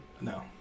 No